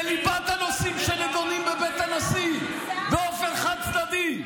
בליבת הנושאים שנדונים בבית הנשיא באופן חד-צדדי?